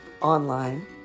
online